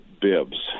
bibs